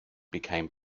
became